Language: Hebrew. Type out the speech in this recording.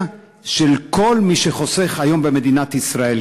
של כל מי שחוסך היום במדינת ישראל,